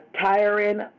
tiring